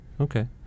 okay